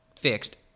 fixed